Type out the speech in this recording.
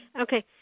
Okay